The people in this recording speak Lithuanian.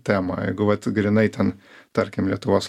temą jeigu vat grynai ten tarkim lietuvos